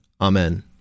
Amen